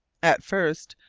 at first,